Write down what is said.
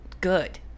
good